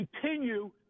continue